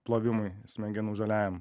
plovimui smegenų žaliajam